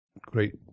great